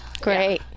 great